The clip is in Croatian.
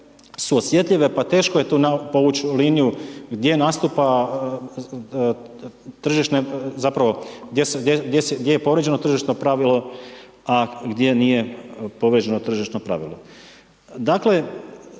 su osjetljive pa teško je tu povući liniju gdje nastupa tržišne, zapravo gdje je povrijeđeno tržišno pravilo a gdje nije povrijeđeno tržišno pravilo. Dakle